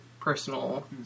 personal